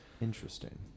Interesting